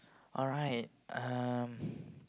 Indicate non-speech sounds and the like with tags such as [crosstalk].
alright um [breath]